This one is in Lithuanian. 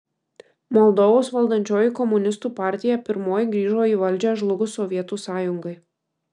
moldovos valdančioji komunistų partija pirmoji grįžo į valdžią žlugus sovietų sąjungai